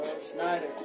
Snyder